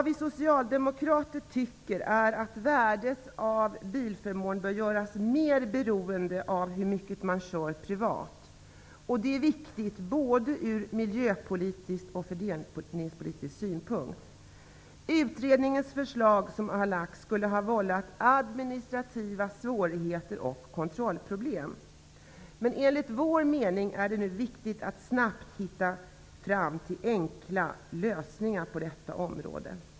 Vi socialdemokrater tycker att värdet av bilförmån bör göras mer beroende av hur mycket man kör privat. Det är viktigt från både miljöpolitisk och fördelningspolitisk synpunkt. Utredningens förslag skulle ha vållat administrativa svårigheter och kontrollproblem. Enligt vår mening är det viktigt att snabbt hitta fram till enkla lösningar på detta område.